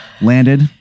landed